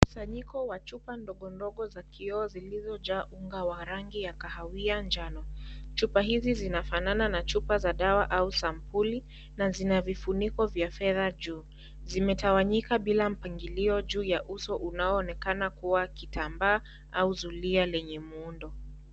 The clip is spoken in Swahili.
Mkusanyiko wa chupa ndogondogo za kioo zilizoja unga wa rangi ya kahawia njano. Chupa hizi zinafanana na chupa za dawa au sampuli na zinavifuniko vyafedha juu. Zimetawanyika bila mpangiliyo juu ya uso unaoonekana kuwa kitambaa au zulia lenye muundo.